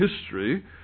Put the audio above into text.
history